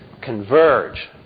converge